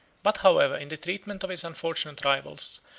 but however, in the treatment of his unfortunate rivals,